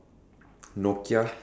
gloves